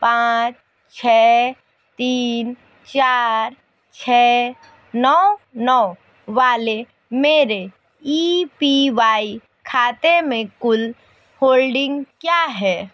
पाँच छः तीन चार छः नौ नौ वाले मेरे ई पी वाई खाते मे कुल होल्डिंग क्या है